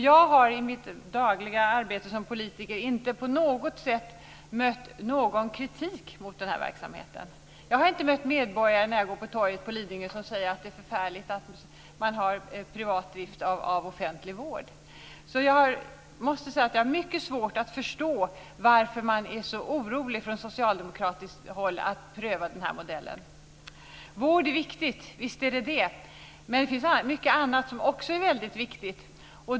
Jag har i mitt dagliga arbete som politiker inte på något sätt mött någon kritik mot den här verksamheten. Jag har inte mött medborgare när jag går på torget på Lidingö som säger att det är förfärligt med privat drift av offentlig vård. Jag måste säga att jag har mycket svårt att förstå varför man är så orolig från socialdemokratiskt håll för att pröva den här modellen. Visst är vård viktigt, men det är mycket annat som också är viktigt.